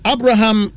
Abraham